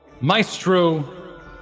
Maestro